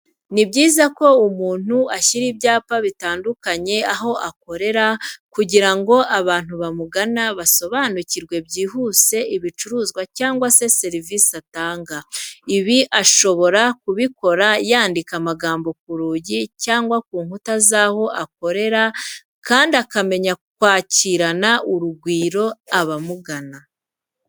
Ni byiza ko umuntu ashyira ibyapa bitandukanye aho akorera kugira ngo abantu bamugana basobanukirwe byihuse ibicuruzwa cyangwa se serivise atanga. Ibi ashobora kubikora yandika amagambo ku rugi cyangwa ku nkuta zaho akorera kandi akamenya kwakirana urugwiro abamugana.